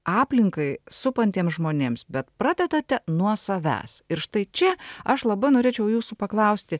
aplinkai supantiems žmonėms bet pradedate nuo savęs ir štai čia aš labai norėčiau jūsų paklausti